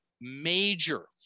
major